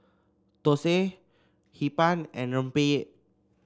thosai Hee Pan and rempeyek